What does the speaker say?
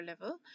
level